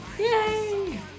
yay